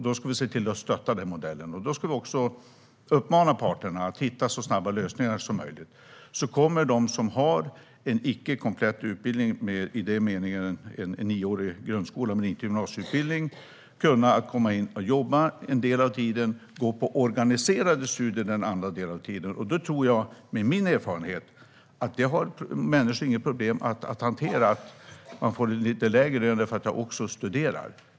Då ska vi se till att stötta den modellen, och då ska vi också uppmana parterna att hitta så snabba lösningar som möjligt så att de som har en icke komplett utbildning i meningen en nioårig grundskola men inte gymnasieutbildning kan komma in och jobba en del av tiden och delta i organiserade studier en annan del av tiden. Jag tror, med min erfarenhet, att människor inte har några problem att hantera att man får en lite lägre lön därför att man också studerar.